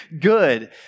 good